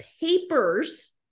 papers